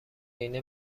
عینه